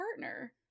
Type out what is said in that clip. partner